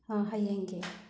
ꯑꯥ ꯍꯦꯡꯒꯤ